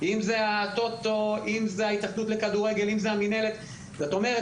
הטוטו, ההתאחדות לכדורגל או המינהלת, יושבים עליו.